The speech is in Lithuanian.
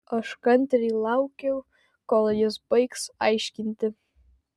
aš kantriai laukiau kol jis baigs aiškinti